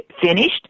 finished